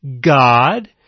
God